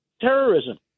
terrorism